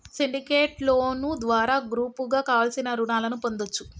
syndicate loan ద్వారా గ్రూపుగా కావలసిన రుణాలను పొందొచ్చు